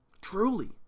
Truly